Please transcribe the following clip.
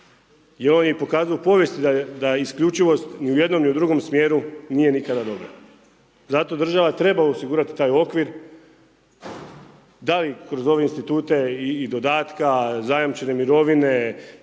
jer on je pokazao u povijesti da isključivost ni u jednom ni u drugom smjeru nije nikada dobra, zato država treba osigurati tak okvir, da li kroz ove institute i dodatka, zajamčene mirovine,